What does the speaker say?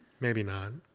maybe not.